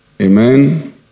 Amen